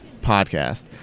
podcast